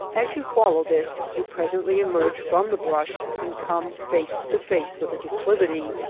as you follow this you presently emerge from the brush and come face to face with a declivity,